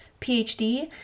PhD